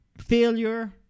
failure